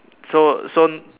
so so